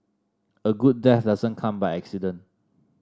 a good death doesn't come by accident